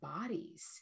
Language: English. bodies